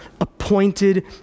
appointed